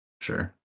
Sure